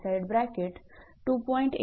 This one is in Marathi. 80 1